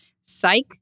psych